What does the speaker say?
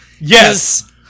Yes